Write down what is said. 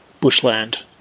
bushland